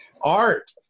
Art